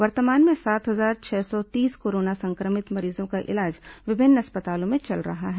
वर्तमान में सात हजार छह सौ तीस कोरोना संक्रमित मरीजों का इलाज विभिन्न अस्पतालों में चल रहा है